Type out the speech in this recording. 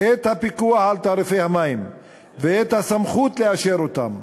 את הפיקוח על תעריפי המים ואת הסמכות לאשר אותם,